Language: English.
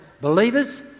believers